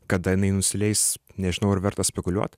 kada jinai nusileis nežinau ar verta spekuliuot